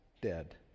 dead